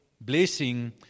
blessing